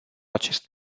acest